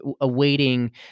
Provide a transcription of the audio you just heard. awaiting